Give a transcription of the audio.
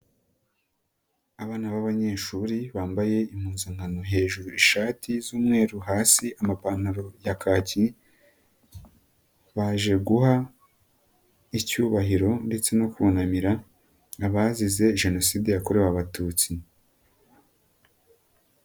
Abana b'abanyeshuri bambaye impuzankano hejuru ishati z'umweru, hasi amapantaro ya kaki, baje guha icyubahiro ndetse no kunamira abazize jenoside yakorewe Abatutsi.